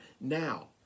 now